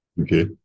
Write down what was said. Okay